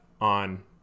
on